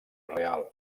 real